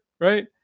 right